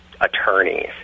attorneys